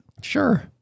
Sure